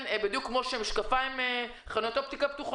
בדיוק כפי שנפתחות חנויות האופטיקה,